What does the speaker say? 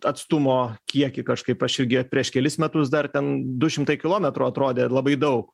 atstumo kiekį kažkaip aš irgi prieš kelis metus dar ten du šimtai kilometrų atrodė labai daug